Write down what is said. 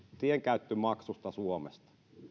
tienkäyttömaksusta suomessa